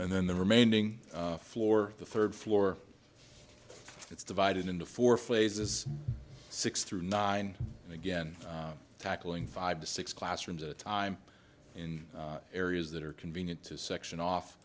and then the remaining floor the third floor it's divided into four phases six through nine and again tackling five to six classrooms at a time in areas that are convenient to section off